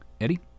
Eddie